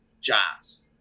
jobs